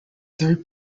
third